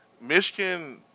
Michigan